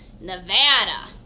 Nevada